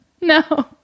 No